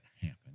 happen